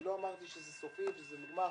אני לא אמרתי שזה סופי וזה נגמר.